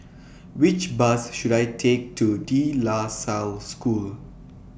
Which Bus should I Take to De La Salle School